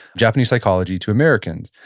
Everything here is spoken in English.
japanese psychology to americans.